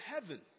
heaven